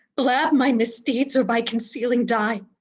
blab my misdeeds, or by concealing die?